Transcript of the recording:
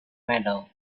metal